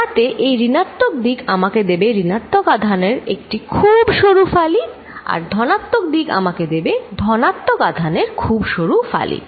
যাতে এই ঋণাত্মক দিক আমাকে দেবে ঋণাত্মক আধানের একটি খুব সরু ফালি আর ধনাত্মক দিক আমাকে দেবে ধনাত্মক আধানের খুব সরু ফালি